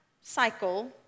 cycle